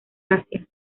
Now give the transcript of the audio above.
asia